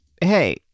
hey